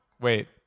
Wait